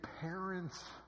parents